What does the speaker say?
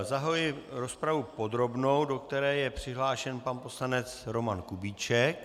Zahajuji rozpravu podrobnou, do které je přihlášen pan poslanec Roman Kubíček.